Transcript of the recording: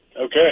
Okay